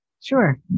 Sure